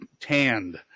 tanned